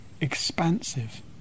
expansive